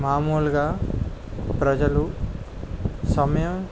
మామూలుగా ప్రజలు సమయం